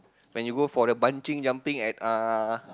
when you go for the bungee jumping at uh